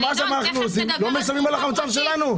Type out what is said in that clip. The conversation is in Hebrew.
מה אנחנו עושים עכשיו, לא משלמים על החמצן שלנו?